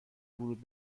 ورود